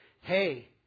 hey